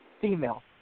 female